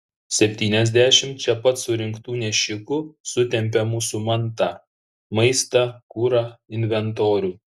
septyniasdešimt čia pat surinktų nešikų sutempia mūsų mantą maistą kurą inventorių